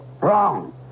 Wrong